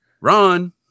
Ron